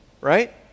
Right